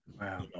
Wow